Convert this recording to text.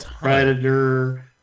predator